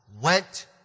went